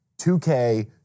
2K